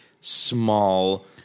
small